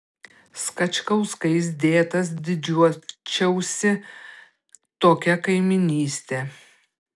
skačkauskais dėtas didžiuočiausi tokia kaimynyste